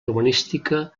urbanística